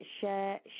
share